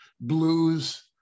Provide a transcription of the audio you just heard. blues